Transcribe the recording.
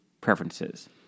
preferences